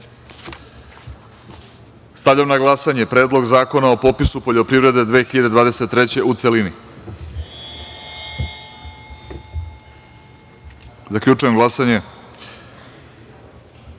sudstva. Stavljam na glasanje Predlog zakona o popisu poljoprivrede 2023. u celini. Zaključujem glasanje: